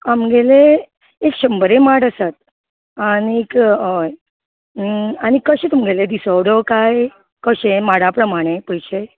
आमगेले एक शंबर ए माड आसात आनीक हय आनी कशें तुमगेलें दिसोवडो काय कशें माडा प्रमाणे पयशे